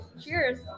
cheers